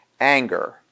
anger